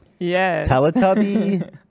teletubby